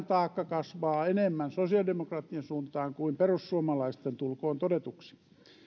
taakka kasvaa vähän enemmän sosiaalidemokraattien suuntaan kuin perussuomalaisten tulkoon todetuksi